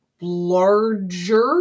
larger